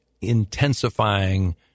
intensifying